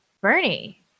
Bernie